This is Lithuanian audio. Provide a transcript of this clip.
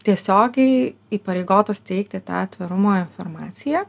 tiesiogiai įpareigotos teikti tą atvirumo informaciją